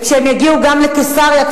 וכשהם יגיעו גם לקיסריה,